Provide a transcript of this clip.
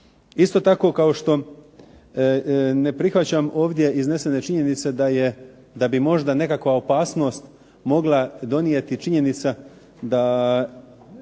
Isto tako, kao što ne prihvaćam ovdje iznesene činjenice da bi možda nekakva opasnost mogla donijeti činjenica da